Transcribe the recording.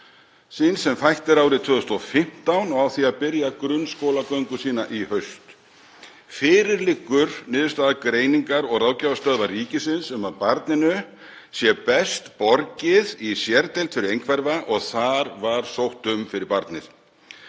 síns sem fætt er árið 2015 og á því að byrja grunnskólagöngu í haust. Fyrir liggur niðurstaða Greiningar- og ráðgjafarstöðvar ríkisins um að barninu sé best borgið í sérdeild fyrir einhverfa og þar var sótt um fyrir barnið.